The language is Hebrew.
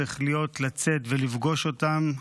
צריך להיות, לצאת ולפגוש אותם,